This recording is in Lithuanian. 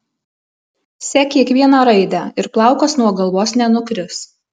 sek kiekvieną raidę ir plaukas nuo galvos nenukris